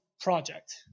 project